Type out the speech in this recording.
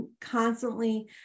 constantly